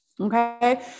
Okay